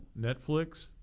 Netflix